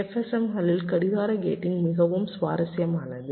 FSM களில் கடிகார gating மிகவும் சுவாரஸ்யமானது